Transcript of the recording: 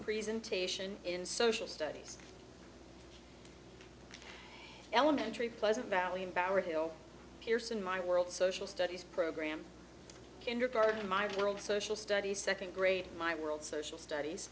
presentation in social studies elementary pleasant valley in power hill pearson my world social studies program kindergarten my world social studies second grade my world social studies